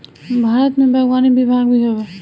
भारत में बागवानी विभाग भी हवे